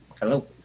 Hello